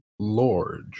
large